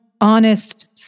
honest